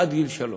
עד גיל שלוש.